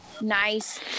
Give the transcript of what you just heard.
nice